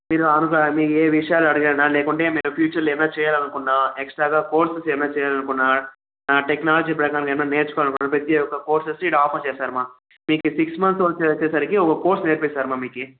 మీరు ఆంధ్రా మీరు ఏ విషయాలు అడగడానికి లేకుంటే మీరు ఫ్యూచర్లో ఏదన్న చేయాలనుకున్నా ఎక్స్ట్రాగా కోర్సస్ ఏమన్న చేయాలనుకున్నా టెక్నాలజీ పరంగా ఏమన్న నేర్చుకొవాలన్నా ప్రతీ ఒక కోర్సొచ్చి ఇక్కడ ఆఫర్ చేస్తారు అమ్మ మీకు సిక్స్ మంత్స్ వచ్చేసరికి ఒక కోర్స్ నేర్పిస్తారమ్మ మీకు